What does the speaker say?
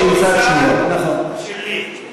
--- צד שלי,